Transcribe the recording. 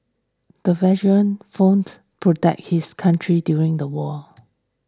the veteran fought protect his country during the war